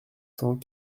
cent